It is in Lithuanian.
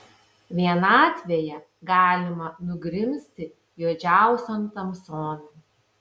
vienatvėje galima nugrimzti juodžiausion tamson